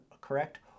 correct